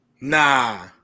Nah